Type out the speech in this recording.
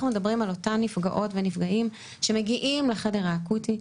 אנחנו מדברים על אותן נפגעות ונפגעים שמגיעים לחדר האקוטי,